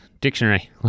Dictionary